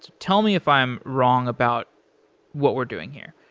tell me if i'm wrong about what we're doing here.